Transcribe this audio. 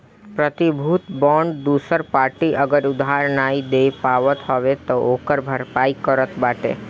प्रतिभूति बांड दूसर पार्टी अगर उधार नाइ दे पावत हवे तअ ओकर भरपाई करत बाटे